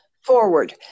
Forward